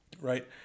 Right